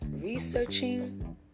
researching